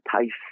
taste